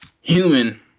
human